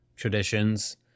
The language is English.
traditions